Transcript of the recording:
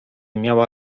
miała